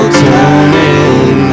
turning